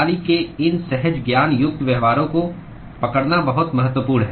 प्रणाली के इन सहज ज्ञान युक्त व्यवहारों को पकड़ना बहुत महत्वपूर्ण है